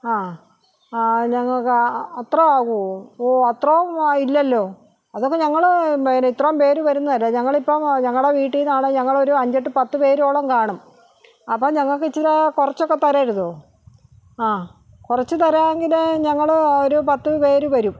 ആ ഞങ്ങൾക്ക് ആ അത്രയും ആകുമോ ഓ അത്രയും ഇല്ലല്ലോ അതൊക്കെ ഞങ്ങൾ പിന്നെ ഇത്രയും പേർ വരുന്നതല്ല ഞങ്ങളിപ്പം ഞങ്ങളുടെ വീട്ടിൽ നിന്നാണേ ഞങ്ങളൊരു അഞ്ചെട്ട് പത്ത് പേരോളം കാണും അപ്പം ഞങ്ങൾക്ക് ഇത്തിരി കുറച്ചൊക്കെ തരരുതോ ആ കുറച്ച് തരാമെങ്കിൽ ഞങ്ങൾ ഒരു പത്ത് പേർ വരും